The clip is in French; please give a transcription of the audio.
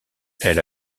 elle